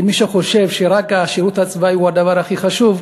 מי שחושב שרק השירות הצבאי הוא הדבר הכי חשוב,